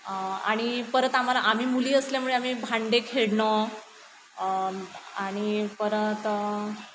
आणि परत आम्हाला आम्ही मुली असल्यामुळे आम्ही भांडी खेळणं आणि परत